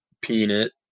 peanut